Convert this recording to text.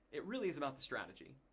it really is about the strategy.